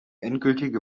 endgültige